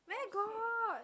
where got